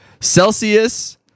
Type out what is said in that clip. Celsius